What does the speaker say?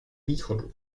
východu